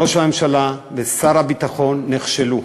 ראש הממשלה ושר הביטחון נכשלו,